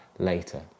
later